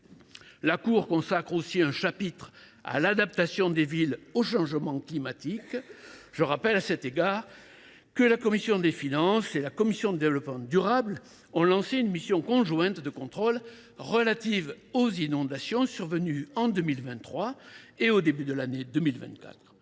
La Cour consacre aussi un chapitre à l’adaptation des villes au changement climatique. Je rappelle à cet égard que la commission des finances et la commission du développement durable ont lancé une mission conjointe de contrôle relative aux inondations survenues en 2023 et au début de l’année 2024.